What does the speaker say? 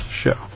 show